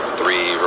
three